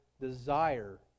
desire